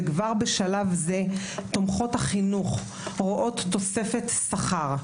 וכבר בשלב זה תומכות החינוך רואות תוספת שכר.